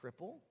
cripple